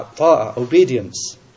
Obedience